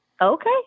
Okay